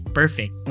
perfect